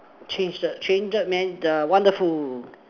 change the changed man the wonderful